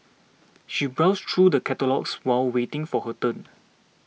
she browsed through the catalogues while waiting for her turn